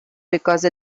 because